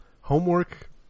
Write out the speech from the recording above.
homework